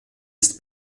ist